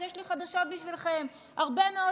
אז יש לי חדשות בשבילכם: הרבה מאוד